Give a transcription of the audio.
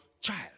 child